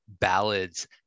ballads